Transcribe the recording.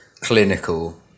clinical